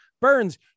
Burns